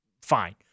fine